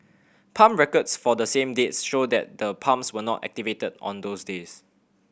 pump records for the same dates show that the pumps were not activated on those days